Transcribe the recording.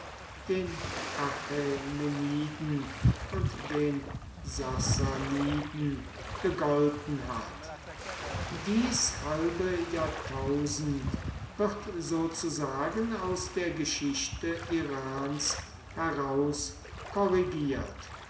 den achämeniden und den sassaniden gegolten hat dies halbe jahrtausend wird sozusagen aus der geschichte irans herauskorrigiert